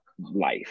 life